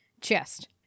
chest